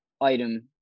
item